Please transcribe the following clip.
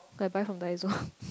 I buy from Daiso